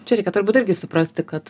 čia reikia turbūt irgi suprasti kad